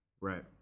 Right